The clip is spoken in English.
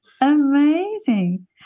Amazing